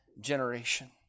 generation